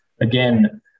again